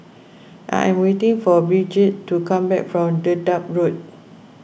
I am waiting for Brigette to come back from Dedap Road